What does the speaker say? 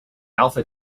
alpha